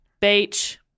Beach